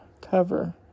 cover